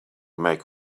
make